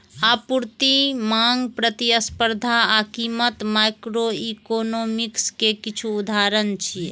आपूर्ति, मांग, प्रतिस्पर्धा आ कीमत माइक्रोइकोनोमिक्स के किछु उदाहरण छियै